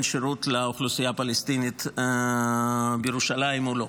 שירות לאוכלוסייה הפלסטינית בירושלים או לא,